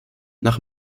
nach